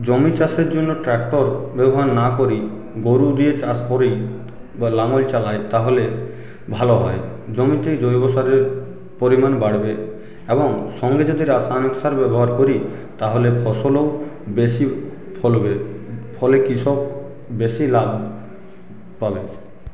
জমি চাষের জন্য ট্রাক্টর ব্যবহার না করি গরু দিয়ে চাষ করি বা লাঙল চালাই তাহলে ভালো হয় জমিতে জৈবসারের পরিমাণ বাড়বে এবং সঙ্গে যদি রাসায়নিক সার ব্যবহার করি তাহলে ফসলও বেশি ফলবে ফলে কৃষক বেশি লাভ পাবে